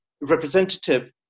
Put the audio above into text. representative